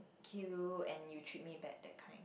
give you and you treat me back that kind